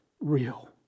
real